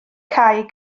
cau